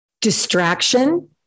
distraction